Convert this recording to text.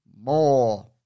more